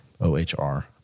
O-H-R